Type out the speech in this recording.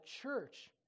church